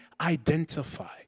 identify